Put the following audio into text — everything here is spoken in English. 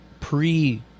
pre